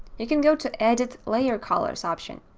you can go to edit layer colors option,